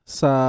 sa